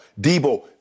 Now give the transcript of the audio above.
Debo